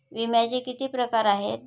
विम्याचे किती प्रकार आहेत?